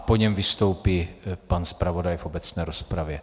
Po něm vystoupí pan zpravodaj v obecné rozpravě.